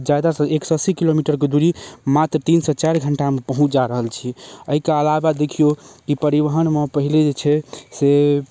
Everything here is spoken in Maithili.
जादा सँ एक सए अस्सी किलोमीटरके दूरी मात्र तीन से चारि घण्टामे पहुँच जा रहल छी एहिके अलावा देखिऔ कि परिवहनमे पहिले जे छै से